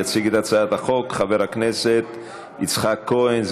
יציג את הצעת החוק חבר הכנסת יצחק כהן,